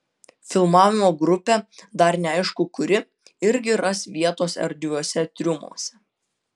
filmavimo grupė dar neaišku kuri irgi ras vietos erdviuose triumuose